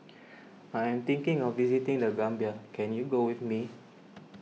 I am thinking of visiting the Gambia can you go with me